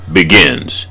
begins